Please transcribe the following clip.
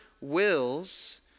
wills